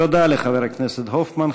תודה לחבר הכנסת הופמן.